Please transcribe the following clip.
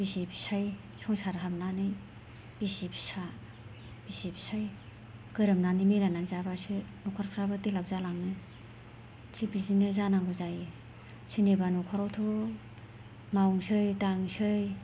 बिसि फिसाइ संसार हाबनानै बिसि फिसा बिसि फिसाइ गोरोबनानै मिलायनानै जाब्लासो न'खरफ्राबो डेभेलप जालाङो थिग बिदिनो जानांगौ जायो सोरनिबा न'खरावथ' मावसै दांसै